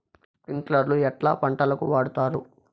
స్ప్రింక్లర్లు ఎట్లా పంటలకు వాడుతారు?